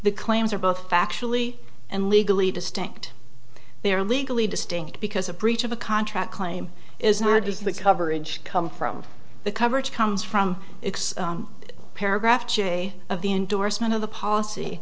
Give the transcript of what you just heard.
the claims are both factually and legally distinct they are legally distinct because a breach of a contract claim is not is the coverage come from the coverage comes from x paragraph j of the endorsement of the policy